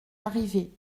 arrivé